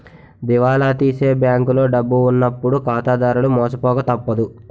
దివాలా తీసే బ్యాంకులో డబ్బు ఉన్నప్పుడు ఖాతాదారులు మోసపోక తప్పదు